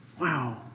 Wow